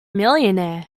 millionaire